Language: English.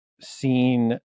seen